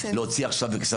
להוציא עכשיו כספים.